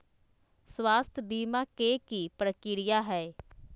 स्वास्थ बीमा के की प्रक्रिया है?